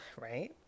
right